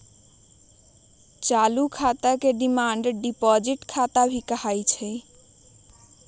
चालू खाता के डिमांड डिपाजिट खाता भी कहा हई